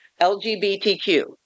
LGBTQ